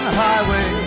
highway